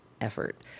effort